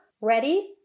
Ready